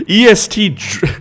EST